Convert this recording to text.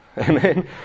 Amen